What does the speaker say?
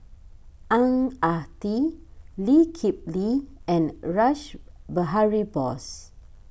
Ang Ah Tee Lee Kip Lee and Rash Behari Bose